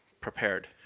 prepared